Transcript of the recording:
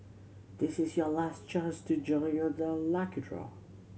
this is your last chance to join you the lucky draw